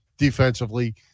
defensively